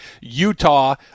Utah